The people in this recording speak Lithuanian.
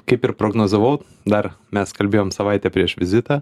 kaip ir prognozavau dar mes kalbėjom savaitę prieš vizitą